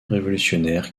révolutionnaire